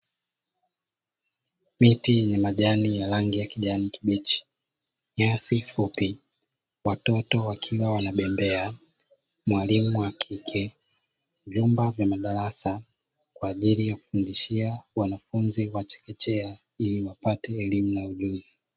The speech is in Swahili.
Miti yenye majani ya rangi ya kijani kibichi, nyasi fupi, watoto wakiwa wanabembea, mwalimu wa kike, vyumba vya madarasa kwa ajili ya kufundishia wanafunzi wa chekechea ili wapate elimu na ujuzi.